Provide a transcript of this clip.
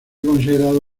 considerado